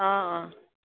অ' অ'